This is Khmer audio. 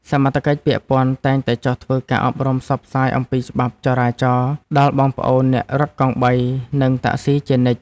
សមត្ថកិច្ចពាក់ព័ន្ធតែងតែចុះធ្វើការអប់រំផ្សព្វផ្សាយអំពីច្បាប់ចរាចរណ៍ដល់បងប្អូនអ្នករត់កង់បី និងតាក់ស៊ីជានិច្ច។